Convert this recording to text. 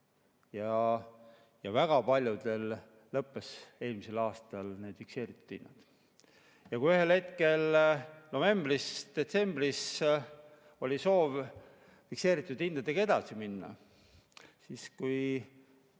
Ja väga paljudel lõppesid eelmisel aastal need fikseeritud hinnad. Kui ühel hetkel novembris-detsembris oli soov fikseeritud hindadega edasi minna, siis